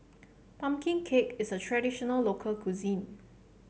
pumpkin cake is a traditional local cuisine